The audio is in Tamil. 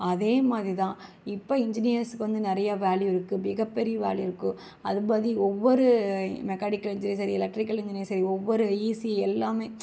அதேமாதிரிதான் இப்போ இன்ஜினியர்ஸுக்கு வந்து நிறையா வேல்யூ இருக்குது மிகப்பெரிய வேல்யூ இருக்குது அதுமாதிரி ஒவ்வொரு மெக்கானிக்கல் இன்ஜினியர் சரி எலக்ட்ரிக்கல் இன்ஜினியர் சரி ஒவ்வொரு ஈசி எல்லாமே